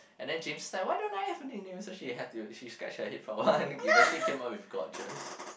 and then James sigh why I don't have a nickname so she had to she scratch her head for a while and giv~ eventually came up with Gorgeous